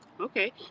Okay